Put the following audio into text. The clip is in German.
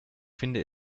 finde